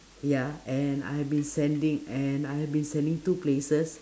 ya and I've been sending and I've been sending two places